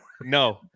no